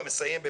ומסיים.